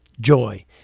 joy